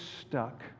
stuck